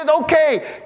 okay